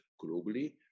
globally